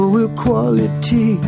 equality